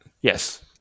Yes